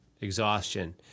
Exhaustion